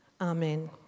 Amen